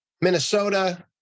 Minnesota